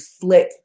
flick